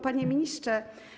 Panie Ministrze!